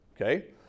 okay